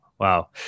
Wow